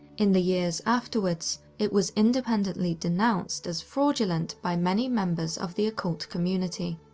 in the years afterwards, it was independently denounced as fraudulent by many members of the occult community.